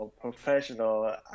professional